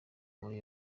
muri